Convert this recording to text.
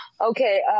Okay